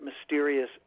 mysterious